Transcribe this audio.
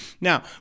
Now